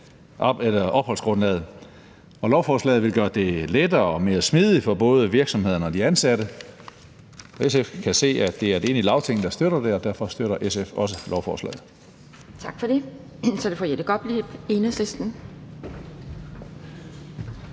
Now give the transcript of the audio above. og lovforslaget vil gøre det lettere og mere smidigt for både virksomhederne og de ansatte. SF kan se, at det er et enigt Lagting, der støtter det, og derfor støtter SF også lovforslaget.